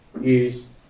use